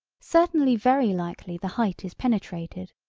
certainly very likely the height is penetrated,